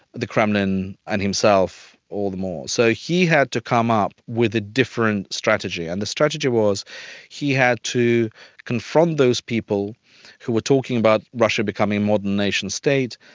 the kremlin and himself all the more. so he had to come up with a different strategy. and the strategy was he had to confront those people who were talking about russia becoming a modern nationstate,